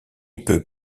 peux